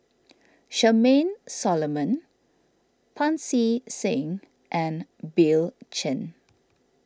Charmaine Solomon Pancy Seng and Bill Chen